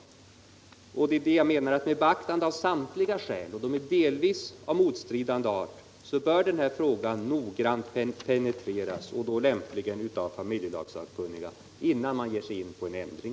Jag menar att med beaktande av samtliga skäl, som delvis är av motstridande art, bör den här frågan noggrant penetreras och då lämpligen av familjelagssakkunniga, innan man ger sig in på en ändring.